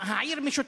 העיר משותקת.